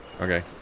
Okay